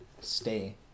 stay